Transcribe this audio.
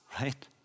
right